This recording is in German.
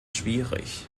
schwierig